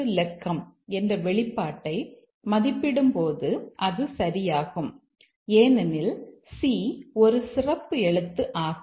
இலக்கம் என்ற வெளிப்பாட்டை மதிப்பிடும்போது அது சரியாகும் ஏனெனில் c ஒரு சிறப்பு எழுத்து ஆகும்